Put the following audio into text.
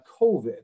COVID